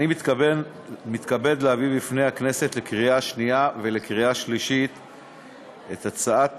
אני מתכבד להביא לפני הכנסת לקריאה שנייה ולקריאה שלישית את הצעת